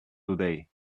today